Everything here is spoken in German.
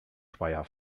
speyer